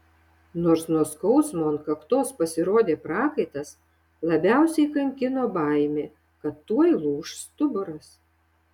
nors nuo skausmo ant kaktos pasirodė prakaitas labiausiai kankino baimė kad tuoj lūš stuburas